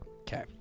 Okay